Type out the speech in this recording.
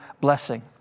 blessing